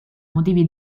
motivi